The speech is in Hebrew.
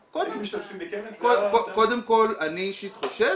אם הם משתתפים בכנס --- אני אישית חושב